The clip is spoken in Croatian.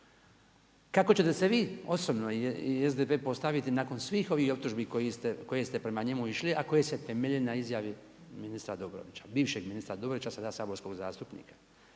kako ćete se vi osobno i SDP postaviti nakon svih ovih optužbi koje ste prema njemu išli a koje se temelje na izjavi ministra Dobrovića, bivšeg ministra Dobrovića a sada saborskog zastupnika?